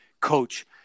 coach